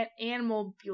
Animal